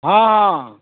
हाँ हाँ